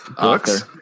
Books